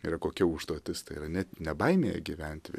yra kokia užduotis tai yra net ne baimėje gyventi